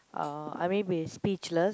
uh I may be speechless